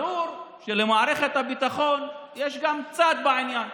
ברור שגם למערכת הביטחון יש צד בעניין.